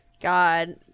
God